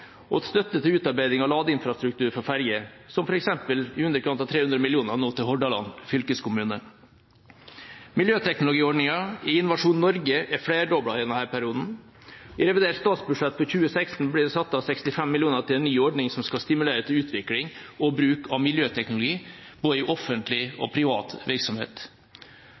og støtte til utarbeiding av ladeinfrastruktur for ferjer, som f.eks. i underkant av 300 mill. kr nå til Hordaland fylkeskommune. Miljøteknologiordningen i Innovasjon Norge er flerdoblet i denne perioden. I revidert statsbudsjett for 2016 ble det satt av 65 mill. kr til en ny ordning som skal stimulere til utvikling og bruk av miljøteknologi både i offentlig og privat virksomhet.